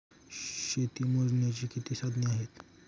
शेती मोजण्याची किती साधने आहेत?